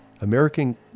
American